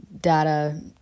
data